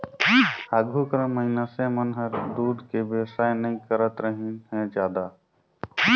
आघु कर मइनसे मन हर दूद के बेवसाय नई करतरहिन हें जादा